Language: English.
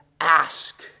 ask